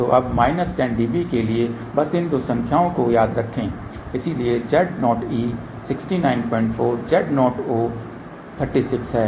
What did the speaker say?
तो अब minus 10 dB के लिए बस इन दो संख्याओं को याद रखें इसलिए Z0e 694 Z0o 36 है